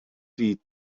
fit